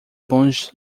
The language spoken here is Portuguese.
bons